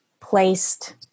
placed